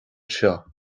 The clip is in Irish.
seo